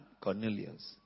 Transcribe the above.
Cornelius